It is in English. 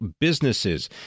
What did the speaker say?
businesses